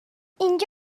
اینجا